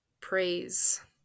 Praise